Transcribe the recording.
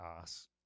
ass